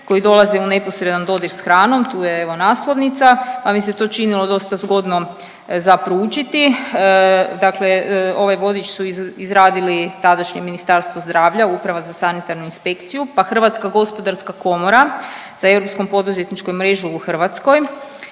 koji dolaze u neposredan dodir s hranom tu je evo naslovnica pa mi se to činilo dosta zgodno za proučiti. Dakle, ovaj vodič su izradili tadašnje Ministarstvo zdravlja Uprava za sanitarnu inspekciju, pa HGK sa Europskom poduzetničkom mrežu u Hrvatskoj